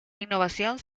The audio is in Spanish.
innovación